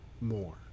more